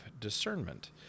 discernment